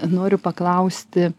noriu paklausti